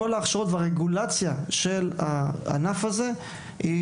כל ההכשרות והרגולציה של הענף הזה הן